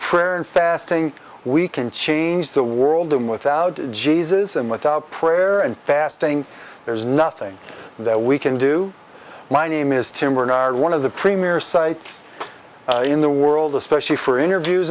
prayer and fasting we can change the world and without jesus and without prayer and fasting there's nothing that we can do my name is tim we're not one of the premier sites in the world especially for interviews